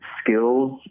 Skills